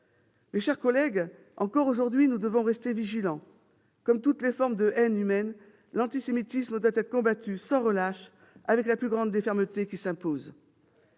Mes chers collègues, encore aujourd'hui, nous devons rester vigilants. Comme toutes les formes de haine, l'antisémitisme doit être combattu sans relâche et avec la plus grande fermeté. Très